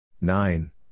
Nine